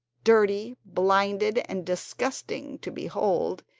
dirty, blinded, and disgusting to behold,